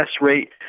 rate